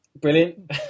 brilliant